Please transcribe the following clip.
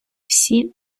всі